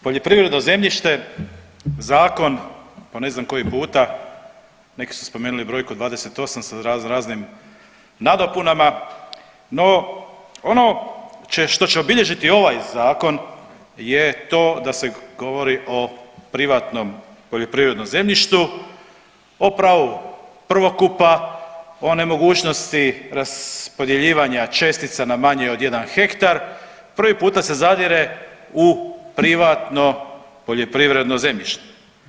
Poljoprivredno zemljište, zakon po ne znam koji puta, neki su spomenuli brojku 28 sa raznoraznim nadopunama, no ono što će obilježiti ovaj zakon je to da se govori o privatnom poljoprivrednom zemljištu, o pravu prvokupa, o nemogućnosti raspodjeljivanja čestica na manje od jedan hektar, prvi puta se zadire u privatno poljoprivredno zemljište.